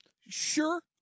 Sure